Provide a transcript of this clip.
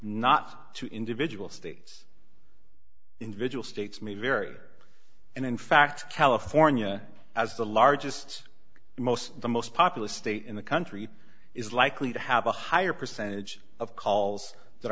not to individual states individual states may vary and in fact california has the largest most the most populous state in the country is likely to have a higher percentage of calls that